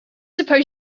suppose